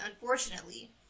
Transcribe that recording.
unfortunately